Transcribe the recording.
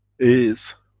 is.